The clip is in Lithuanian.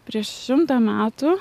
prieš šimtą metų